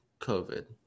COVID